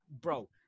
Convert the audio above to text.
bro